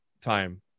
time